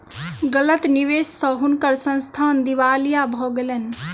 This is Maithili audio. गलत निवेश स हुनकर संस्थान दिवालिया भ गेलैन